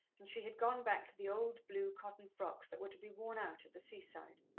and she had gone back to the old blue cotton frocks that were to be worn out at the seaside.